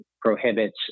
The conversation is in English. prohibits